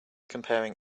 comparing